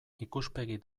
ikuspegi